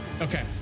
Okay